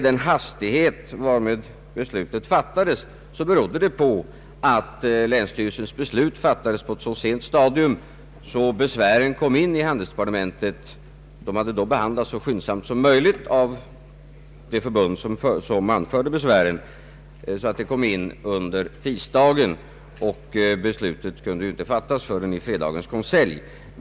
Den hastighet varmed beslutet fattades berodde på att länsstyrelsen beslutade på ett så sent stadium att besvären kom in till handelsdepartementet under tisdagen. Ärendet hade behandlats så skyndsamt som möjligt av det förbund som anförde besvären. Beslutet kunde sedan inte fattas förrän i fredagens konselj.